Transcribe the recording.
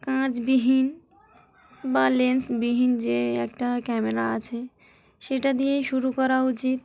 কাঁচবিহীন বা লেন্সবিহীন যে একটা ক্যামেরা আছে সেটা দিয়েই শুরু করা উচিত